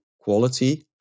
quality